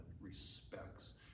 respects